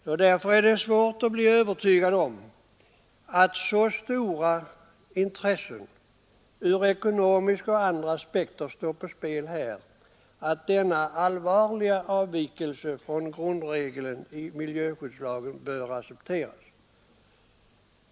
Det är därför svårt att bli övertygad om att så stora intressen ur ekonomiska eller andra aspekter står på spel att denna allvarliga avvikelse från grundregeln i miljöskyddslagen bör accepteras.